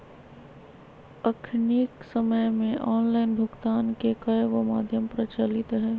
अखनिक समय में ऑनलाइन भुगतान के कयगो माध्यम प्रचलित हइ